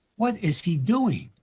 what is he doing?